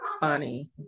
funny